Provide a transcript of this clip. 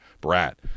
Brat